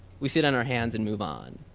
we sit on our hands and move on.